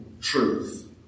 truth